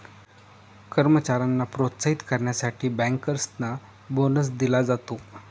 कर्मचाऱ्यांना प्रोत्साहित करण्यासाठी बँकर्सना बोनस दिला जातो